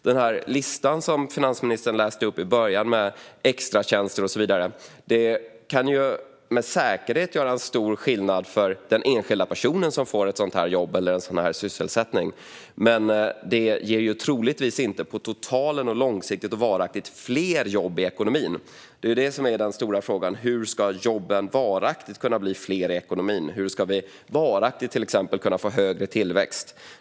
Den lista som finansministern läste upp i början med extratjänster och så vidare kan med säkerhet göra stor skillnad för den enskilda person som får ett sådant jobb eller en sådan sysselsättning, men på totalen, långsiktigt och varaktigt ger det troligtvis inte fler jobb i ekonomin. Det är detta som är den stora frågan: Hur ska jobben varaktigt kunna bli fler i ekonomin, och hur ska vi varaktigt till exempel kunna få högre tillväxt?